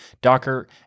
Docker